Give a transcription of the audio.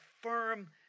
firm